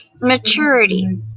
Maturity